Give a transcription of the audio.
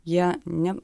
jie ne